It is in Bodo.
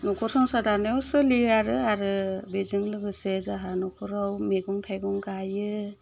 न'खर संसार दानायाव सोलियो आरो बेजों लोगोसे जाहा न'खराव मैगं थाइगं गाइयो